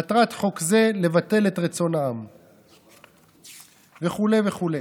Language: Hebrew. מטרת חוק זה לבטל את רצון העם וכו' וכו'.